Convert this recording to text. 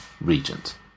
regent